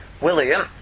William